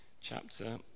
chapter